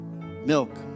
Milk